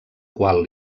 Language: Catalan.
qual